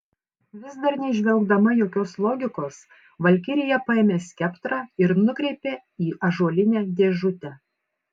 vis dar neįžvelgdama jokios logikos valkirija paėmė skeptrą ir nukreipė į ąžuolinę dėžutę